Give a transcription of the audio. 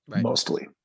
mostly